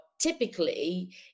typically